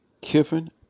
Kiffin